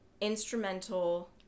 instrumental